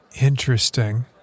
Interesting